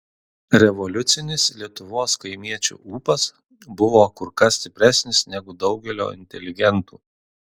revoliucinis lietuvos kaimiečių ūpas buvo kur kas stipresnis negu daugelio inteligentų